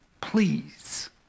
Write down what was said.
Please